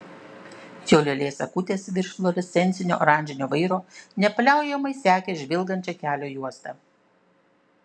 jo lėlės akutės virš fluorescencinio oranžinio vairo nepaliaujamai sekė žvilgančią kelio juostą